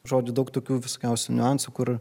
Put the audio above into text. žodžiu daug tokių visokiausių niuansų kur